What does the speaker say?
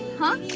huh!